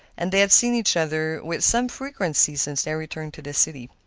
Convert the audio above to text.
and they had seen each other with some frequency since their return to the city.